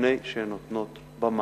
לפני שהן נותנות במה.